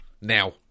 now